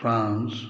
France